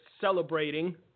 celebrating